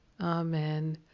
Amen